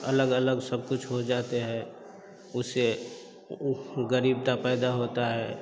अलग अलग सब कुछ हो जाते है उससे गरीबता पैदा होता है